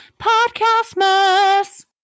Podcastmas